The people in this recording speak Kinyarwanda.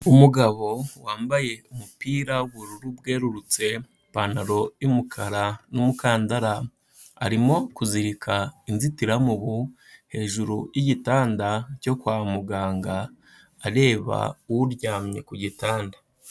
Umugabo wambaye umupira w'ubururu bwerurutse, ipantaro y'umukara n'umukandara, arimo kuzirika inzitiramubu hejuru y'igitanda cyo kwa muganga, areba uryamye ku gitanda.